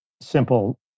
simple